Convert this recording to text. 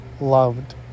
loved